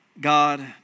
God